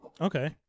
okay